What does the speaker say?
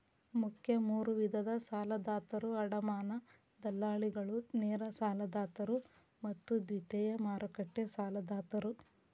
ಮುಖ್ಯ ಮೂರು ವಿಧದ ಸಾಲದಾತರು ಅಡಮಾನ ದಲ್ಲಾಳಿಗಳು, ನೇರ ಸಾಲದಾತರು ಮತ್ತು ದ್ವಿತೇಯ ಮಾರುಕಟ್ಟೆ ಸಾಲದಾತರು